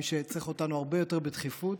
מי שצריך אותנו הרבה יותר בדחיפות,